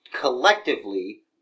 collectively